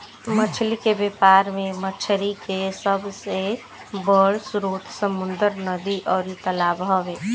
मछली के व्यापार में मछरी के सबसे बड़ स्रोत समुंद्र, नदी अउरी तालाब हवे